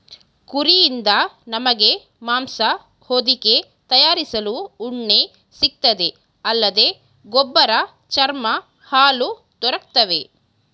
ಕುರಿಯಿಂದ ನಮಗೆ ಮಾಂಸ ಹೊದಿಕೆ ತಯಾರಿಸಲು ಉಣ್ಣೆ ಸಿಗ್ತದೆ ಅಲ್ಲದೆ ಗೊಬ್ಬರ ಚರ್ಮ ಹಾಲು ದೊರಕ್ತವೆ